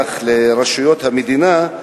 לדווח לרשויות המדינה.